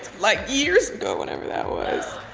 like years ago whenever that was.